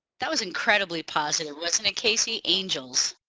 that was incredibly positive wasn't it casey? angels.